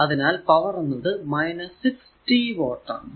അതിനാൽ പവർ എന്നത് 60 വാട്ട് ആണ്